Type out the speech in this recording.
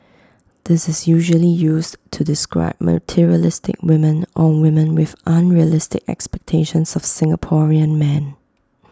this is usually used to describe materialistic women or women with unrealistic expectations of Singaporean men